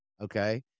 okay